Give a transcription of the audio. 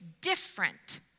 different